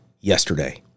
yesterday